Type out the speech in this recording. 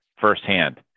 firsthand